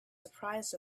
surprised